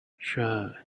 sure